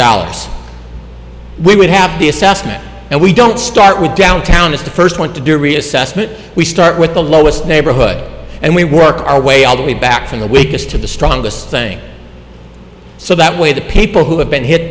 dollars we would have the assessment and we don't start with downtown is to first want to do a reassessment we start with the lowest neighborhood and we work our way all the way back from the weakest to the strongest thing so that way the people who have been hit